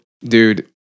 dude